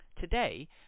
Today